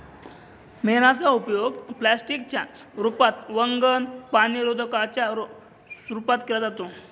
मेणाचा उपयोग प्लास्टिक च्या रूपात, वंगण, पाणीरोधका च्या रूपात केला जातो